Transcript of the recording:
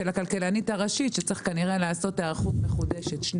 הכלכלנית הראשית שצריך כנראה לעשות היערכות מחודשת.